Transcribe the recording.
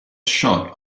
shot